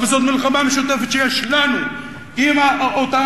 אבל זאת מלחמה משותפת שיש לנו עם אותם